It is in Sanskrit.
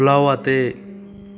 प्लवते